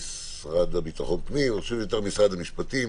והמשרד לביטחון הפנים אני חושב שזה יותר משרד המשפטים